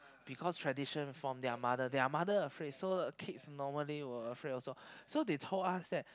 because tradition from their mother their mother afraid so kids normally will afraid also so they told us that